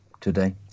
today